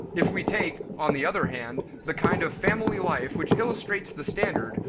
if we take, on the other hand, the kind of family life which illustrates the standard,